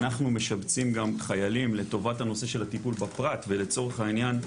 אנחנו משבצים גם חיילים לטובת הנושא של הטיפול בפרט ולצורך העניין,